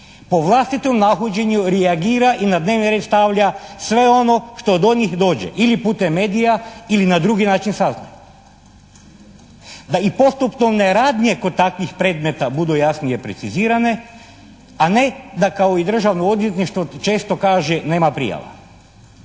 po vlastitom nahođenju reagira i na dnevni red stavlja sve ono što do njih dođe ili putem medija ili na drugi način sazna, da i postupovne radnje kod takvih predmeta budu jasnije precizirane, a ne da kao i Državno odvjetništvo često kaže nema prijava.